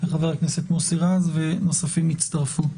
חבר הכנסת מוסי רז, ונוספים יצטרפו.